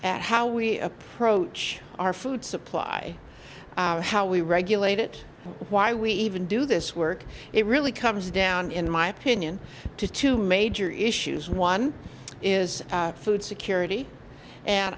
at how we approach our food supply how we regulate it why we even do this work it really comes down in my opinion to two major issues one is food security and